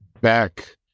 back